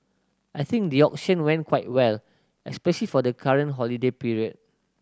I think the auction went quite well especial for the current holiday period